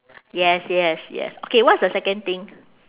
yes yes yes okay what's the second thing